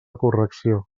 correcció